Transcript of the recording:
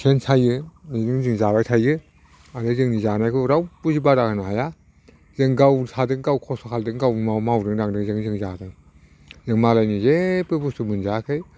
सेन सायो बेजोंनो जों जाबाय थायो आरो जोंनि जानायखौ रावबो बादा होनो हाया जों गाव सादों गाव खस्थ' खालामदों गावनो मावनांदों जों जादों जों मालायनि जेबो बुस्थु मोनजायाखै